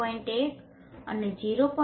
1 અને 0